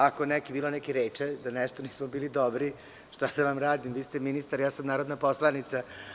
Ako je bilo nekih reči da nešto nismo bili dobri, šta da vam radim, vi ste ministar, ja sam narodna poslanica.